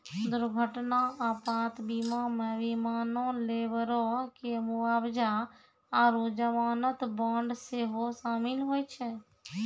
दुर्घटना आपात बीमा मे विमानो, लेबरो के मुआबजा आरु जमानत बांड सेहो शामिल होय छै